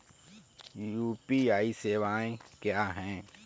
UPI सवायें क्या हैं?